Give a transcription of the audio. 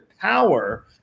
power